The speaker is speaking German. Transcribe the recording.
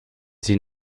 sie